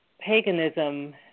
paganism